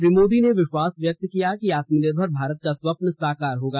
श्री मोदी ने विश्वास व्यक्त किया कि आत्मनिर्भर भारत का स्वप्न साकार होगा